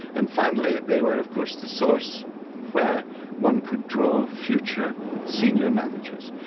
and finally, they were of course the source where one could draw future senior managers.